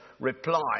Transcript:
reply